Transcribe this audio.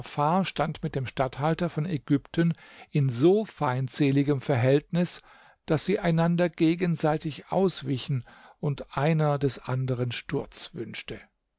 stand mit dem statthalter von ägypten in so feindseligem verhältnis daß sie einander gegenseitig auswichen und einer des anderen sturz wünschte